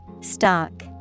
stock